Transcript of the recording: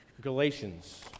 Galatians